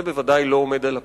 לא זה מה שעומד על הפרק.